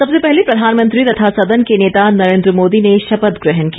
सबसे पहले प्रधानमंत्री तथा सदन के नेता नरेन्द्र मोदी ने शपथ ग्रहण की